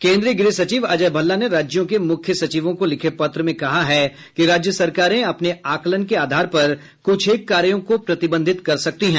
केन्द्रीय गृह सचिव अजय भल्ला ने राज्यों के मुख्य सचिवों को लिखे पत्र में कहा है कि राज्य सरकारें अपने आकलन के आधार पर कुछेक कार्यों को प्रतिबंधित कर सकती हैं